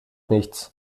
nichts